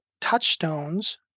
touchstones